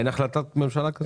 אין החלטת ממשלה כזו?